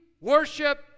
worship